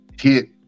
hit